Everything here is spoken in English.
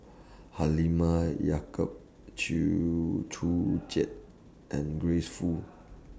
Halimah Yacob Chew Joo Chiat and Grace Fu